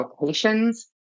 locations